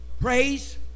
Praise